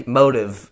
motive